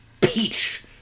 peach